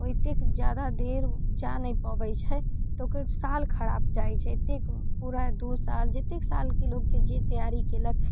ओ ओतेक जादा देर जा नहि पबै छै तऽ ओकर साल खराब जाइ छै एतेक पूरा दू साल जतेक सालके लोगके जे तैयारी केलक जे